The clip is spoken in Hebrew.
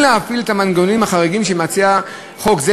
להפעיל את המנגנונים החריגים שמציע חוק זה,